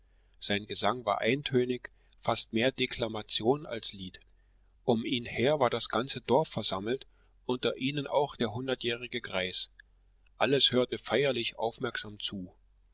sein gesang war eintönig fast mehr deklamation als lied um ihn her war das ganze dorf versammelt unter ihnen auch der hundertjährige greis alles hörte feierlich aufmerksam zu